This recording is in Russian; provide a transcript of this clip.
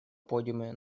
подиуме